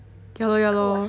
ya lor ya lor